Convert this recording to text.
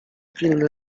filmy